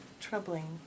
troubling